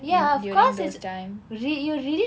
during those times